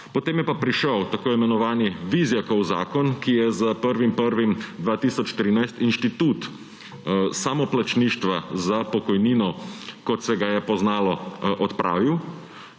Potem pa je prišel tako imenovani Vizjakov zakon, ki je s 1. januarjem 2013 inštitut samoplačništva za pokojnino, kot se ga je poznalo, odpravil,